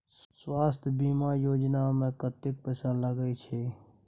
स्वास्थ बीमा योजना में कत्ते पैसा लगय छै?